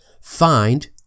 find